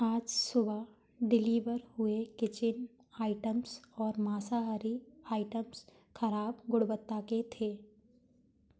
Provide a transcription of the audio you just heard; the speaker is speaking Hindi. आज सुबह डिलीवर हुए किचन आइटम्स और माँसाहारी आइटम्स खराब गुणवत्ता के थे